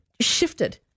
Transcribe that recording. shifted